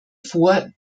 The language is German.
vor